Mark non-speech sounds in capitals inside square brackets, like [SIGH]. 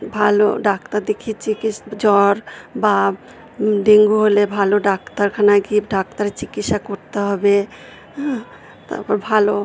ভালো ডাক্তার দেখিয়ে চিকিৎ জ্বর বা ডেঙ্গু হলে ভালো ডাক্তারখানায় গিয়ে ডাক্তারের চিকিৎসা করতে হবে [UNINTELLIGIBLE] তারপর ভালো